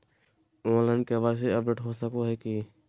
Online KYC update हो सको है की?